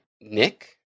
Nick